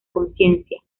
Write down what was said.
conciencia